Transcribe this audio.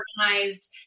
organized